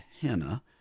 Hannah